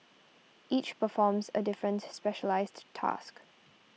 each performs a different specialised task